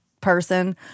person